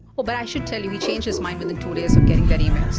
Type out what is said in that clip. but i should tell you he changed his mind within two days of getting that email.